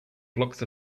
blocks